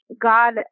God